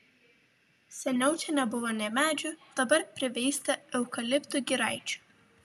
seniau čia nebuvo nė medžių dabar priveista eukaliptų giraičių